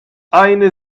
eine